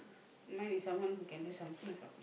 mine is someone who can do something for